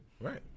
right